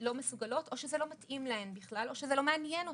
לא מסוגלות או שזה לא מתאים להן בכלל או שזה לא מעניין אותן.